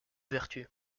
vertu